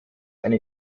eine